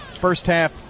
first-half